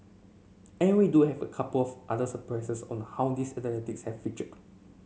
and we do have a couple of other surprises on how these athletes have featured